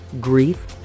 grief